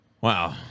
Wow